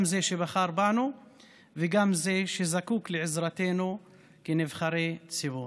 גם זה שבחר בנו וגם זה שזקוק לעזרתנו כנבחרי ציבור.